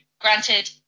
Granted